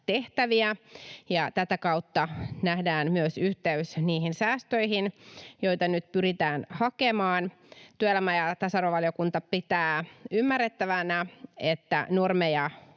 tehtäviä, ja tätä kautta nähdään myös yhteys niihin säästöihin, joita nyt pyritään hakemaan. Työelämä- ja tasa-arvovaliokunta pitää ymmärrettävänä, että normeja